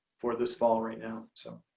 for this fall right now. so